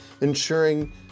ensuring